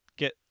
Get